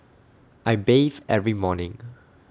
I bathe every morning